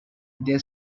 they